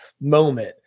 moment